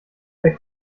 der